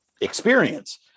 experience